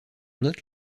note